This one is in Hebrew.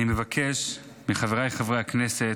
אני מבקש מחבריי חברי הכנסת,